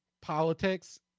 politics